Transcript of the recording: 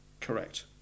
Correct